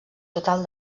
total